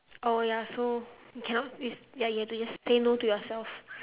oh ya so cannot with ya you have to say no to yourself